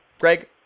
Greg